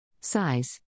Size